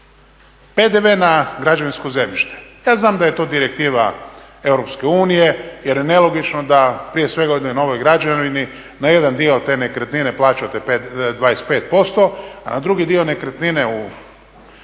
PDV na građevinsko zemljište, ja znam da je to direktiva EU jer nelogično da prije svega u jednoj novog građevini na jedan dio te nekretnine plaćate 25%, a na drugi dio nekretnine u